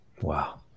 Wow